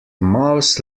mouse